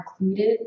included